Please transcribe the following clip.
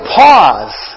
pause